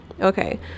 okay